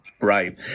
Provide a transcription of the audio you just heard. Right